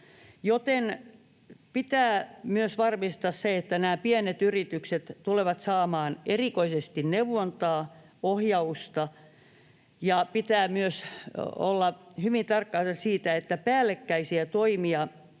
joten pitää myös varmistaa se, että erityisesti nämä pienet yritykset tulevat saamaan neuvontaa, ohjausta. Ja pitää myös olla hyvin tarkkana siitä, että ei tehtäisi päällekkäisiä toimia,